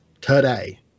today